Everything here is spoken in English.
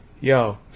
yo